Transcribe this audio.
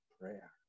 prayer